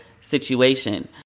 situation